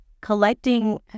Collecting